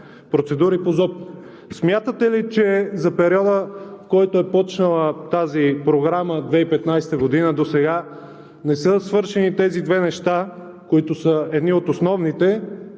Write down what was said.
процедури по ЗОП. Смятате ли, че за периода, в който е започнала тази програма –от 2015 г. досега, не са свършени тези две неща, които са едни от основните?